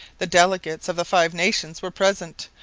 the delegates of the five nations were present,